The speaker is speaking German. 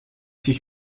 sich